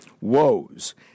woes